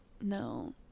No